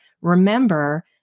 remember